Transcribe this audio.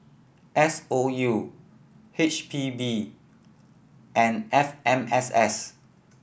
S O U H P B and F M S S